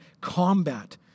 combat